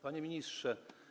Panie Ministrze!